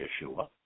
Yeshua